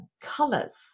colors